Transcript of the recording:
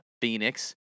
Phoenix